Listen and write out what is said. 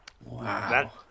Wow